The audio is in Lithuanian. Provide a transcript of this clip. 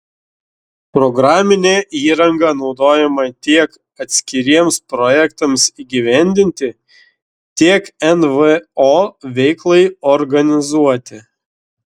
programinė įranga naudojama tiek atskiriems projektams įgyvendinti tiek nvo veiklai organizuoti